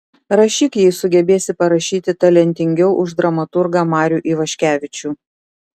rašyk jei sugebėsi parašyti talentingiau už dramaturgą marių ivaškevičių